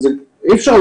החנויות לא